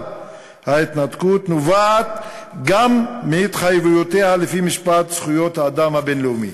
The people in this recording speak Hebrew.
ההתנתקות נובעת גם מהתחייבויותיה לפי משפט זכויות האדם הבין-לאומי.